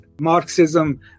Marxism